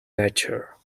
nature